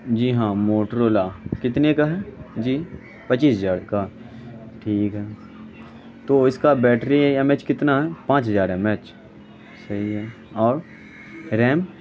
جی ہاں موٹرولا کتنے کا ہے جی پچیس ہزار کا ٹھیک ہے تو اس کا بیٹری ایم ایچ کتنا ہے پانچ ہزار ایم ایچ صحیح ہے اور ریم